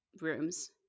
rooms